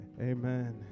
Amen